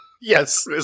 yes